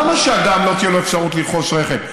למה שלאדם לא תהיה אפשרות לרכוש רכב?